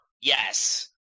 Yes